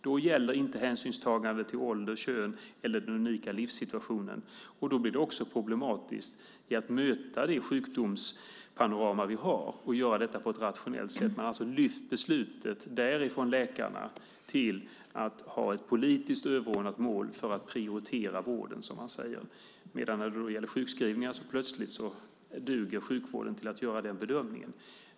Då gäller inte hänsynstagande till ålder, kön eller den unika livssituationen. Då blir det också problematiskt att möta det sjukdomspanorama vi har och göra det på ett rationellt sätt. Man har alltså lyft beslutet från läkarna till att ha ett politiskt överordnat mål för att prioritera vården, som man säger. När det gäller sjukskrivningar duger däremot sjukvården plötsligt till att göra den bedömningen.